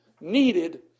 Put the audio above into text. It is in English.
needed